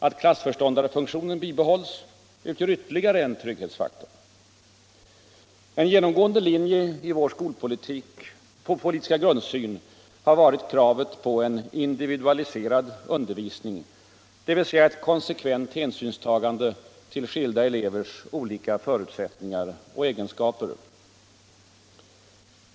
Att klassföreståndarfunktionen bibehålls utgör ytterligare en trygghetsfaktor. En genomgående linje i vår skolpolitiska grundsyn har varit kravet på en individualiserad undervisning, dvs. ett konsekvent hänsynstagande till skilda elevers olika förutsättningar och egenskaper.